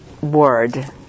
word